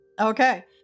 okay